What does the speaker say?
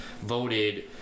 voted